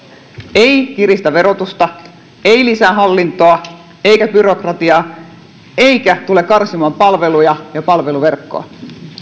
ei kiristä verotusta ei lisää hallintoa eikä byrokratiaa eikä tule karsimaan palveluja ja palveluverkkoa